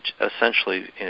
essentially